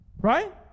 Right